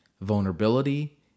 vulnerability